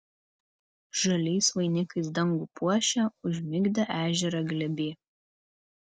žaliais vainikais dangų puošia užmigdę ežerą glėby